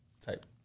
type